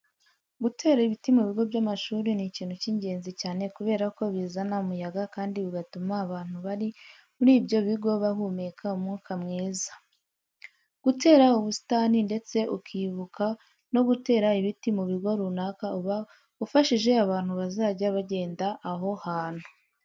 Gutera ibiti mu bigo by'amashuri ni ikintu cy'ingezni cyane kubera ko bizana umuyaga kandi bigatuma abantu bari muri ibyo bigo bahumeka umwuka mwiza. Gutera ubusitani ndetse ukibuka no gutera ibiti mu bigo runaka uba ufashije abantu bazajya bagenda aho hantu.